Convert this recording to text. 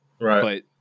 Right